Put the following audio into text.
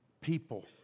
people